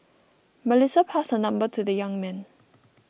Melissa passed her number to the young man